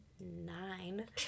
nine